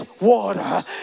water